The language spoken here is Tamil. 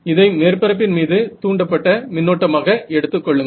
இதை மேற்பரப்பின் மீது தூண்டப்பட்ட மின்னோட்டமாக எடுத்துக்கொள்ளுங்கள்